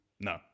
No